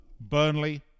Burnley